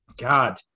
God